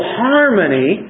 harmony